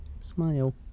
Smile